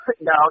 no